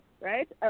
right